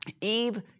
Eve